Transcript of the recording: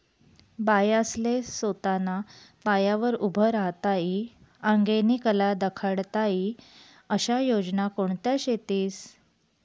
बायास्ले सोताना पायावर उभं राहता ई आंगेनी कला दखाडता ई आशा योजना कोणत्या शेतीस?